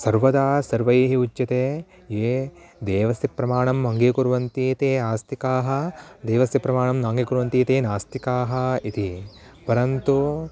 सर्वदा सर्वैः उच्यते ये देवस्य प्रमाणम् अङ्गीकुर्वन्ति एते आस्तिकाः देवस्य प्रमाणं नाङ्गीकुर्वन्ती ते नास्तिकाः इति परन्तु